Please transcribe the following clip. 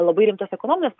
labai rimtos ekonominės